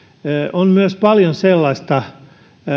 on myös paljon sellaista